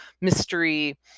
mystery